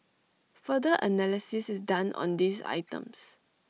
further analysis is done on these items